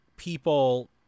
People